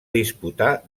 disputar